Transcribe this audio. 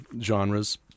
genres